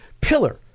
pillar